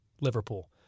Liverpool